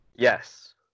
Yes